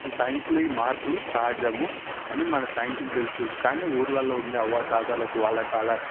ఈ సైన్సులు ఈ మార్పులు సహజము అని మన సైన్సుకు తెలుసు కానీ ఊర్లలో ఉండే అవ్వాతాతలకు వాళ్లకు వాళ్ళకు